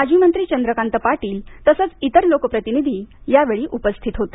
माजी मंत्री चंद्रकांत पाटील तसंच इतर लोकप्रतिनिधी यावेळी उपस्थित होते